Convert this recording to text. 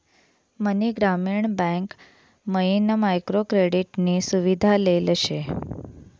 मनी ग्रामीण बँक मयीन micro credit नी सुविधा लेल शे